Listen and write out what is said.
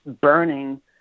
burning